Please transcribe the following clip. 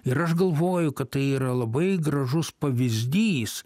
ir aš galvoju kad tai yra labai gražus pavyzdys